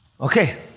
Okay